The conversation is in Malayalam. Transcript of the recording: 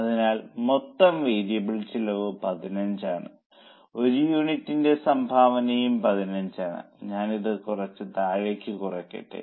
അതിനാൽ മൊത്തം വേരിയബിൾ ചെലവ് 15 ആണ് ഒരു യൂണിറ്റിന്റെ സംഭാവനയും 15 ആണ് ഞാൻ ഇത് കുറച്ച് താഴേക്ക് കുറക്കട്ടേ